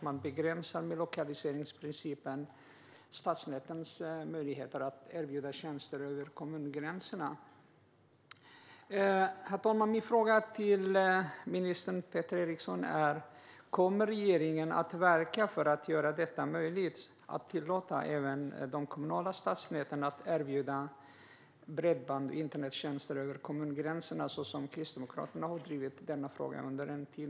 Med lokaliseringsprincipen begränsar man stadsnätens möjligheter att erbjuda tjänster över kommungränserna. Herr talman! Min fråga till minister Peter Eriksson är om regeringen kommer att verka för att göra det möjligt att tillåta även de kommunala stadsnäten att erbjuda bredbands och internettjänster över kommungränserna. Det är en fråga som Kristdemokraterna har drivit under en tid.